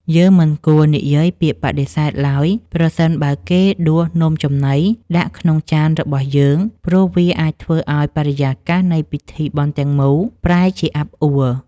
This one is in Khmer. យើងមិនគួរនិយាយពាក្យបដិសេធឡើយប្រសិនបើគេដួសនំចំណីដាក់ក្នុងចានរបស់យើង ព្រោះវាអាចធ្វើឱ្យបរិយាកាសនៃពិធីបុណ្យទាំងមូលប្រែជាអាប់អួ។